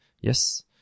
yes